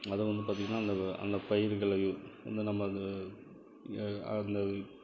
அதை வந்து பார்த்திங்கன்னா அந்த அந்த பயிர்களை வந்து நம்ம அது அந்த